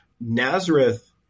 Nazareth